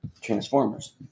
Transformers